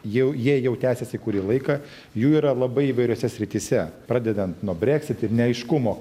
jau jie jau tęsiasi kurį laiką jų yra labai įvairiose srityse pradedant nuo brexit ir neaiškumo